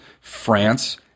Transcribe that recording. France